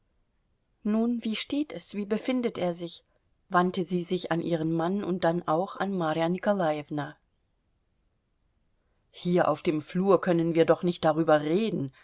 nun wie steht es wie befindet er sich wandte sie sich an ihren mann und dann auch an marja nikolajewna hier auf dem flur können wir doch nicht darüber reden